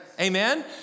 amen